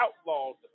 outlawed